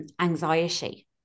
anxiety